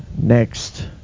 Next